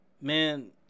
Man